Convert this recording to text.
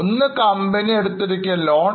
ഒന്ന് കമ്പനി എടുത്തിരിക്കുന്ന ലോൺ